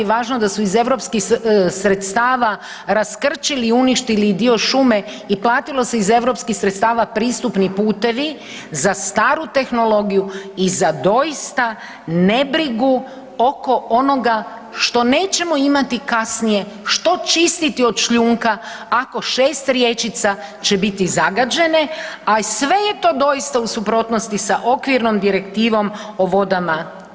Važno da su iz europskih sredstva raskrčili i uništili i dio šume i platilo se iz europskih sredstava pristupni putevi za staru tehnologiju i za doista nebrigu oko onoga što nećemo imati kasnije što čistiti od šljunka, ako šest rječica će biti zagađene, a sve je to doista u suprotnosti sa Okvirnom direktivom o vodama.